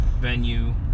venue